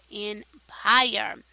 empire